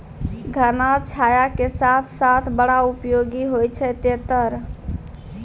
घना छाया के साथ साथ बड़ा उपयोगी होय छै तेतर